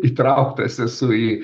įtrauktas esu į